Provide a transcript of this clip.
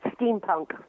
steampunk